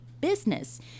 Business